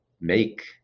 make